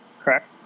correct